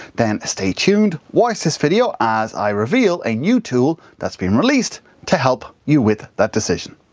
then stay tuned, watch this video, as i reveal a new tool that's being released to help you with that decision.